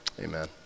Amen